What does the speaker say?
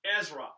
Ezra